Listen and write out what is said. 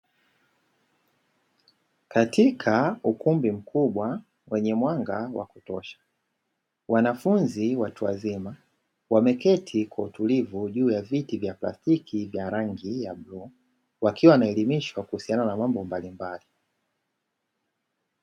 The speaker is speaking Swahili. Katika ukumbi mkubwa wenye mwanga wa kutosha, wanafunzi watu wazima wameketi kwa utulivu juu ya viti vya plastiki vya rangi ya bluu, wakiwa wanaelimishwa kuhusiana na mambo mbalimbali.